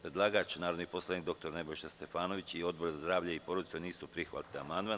Predlagač narodni poslanik dr Nebojša Stefanović i Odbor za zdravlje i porodicu nisu prihvatili amandman.